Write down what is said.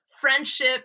friendship